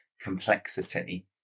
complexity